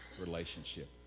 relationship